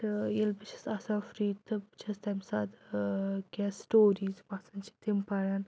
تہٕ ییٚلہِ بہٕ چھَس آسان فِرٛی تہٕ بہٕ چھَس تمہِ ساتہٕ ٲں کیٚنٛہہ سٕٹوریٖز یِم آسان چھِ تِم پَرَن